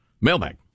Mailbag